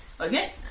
Okay